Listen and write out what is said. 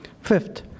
Fifth